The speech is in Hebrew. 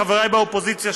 חבריי באופוזיציה,